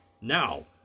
Now